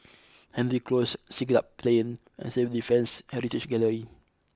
Hendry Close Siglap Plain and Civil Defence Heritage Gallery